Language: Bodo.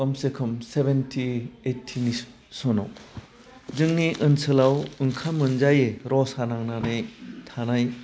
खमसेखम सेभेन्टि ओइटिनि सनाव जोंनि ओनसोलाव ओंखाम मोनजायै रसा नांनानै थानाय